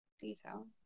detail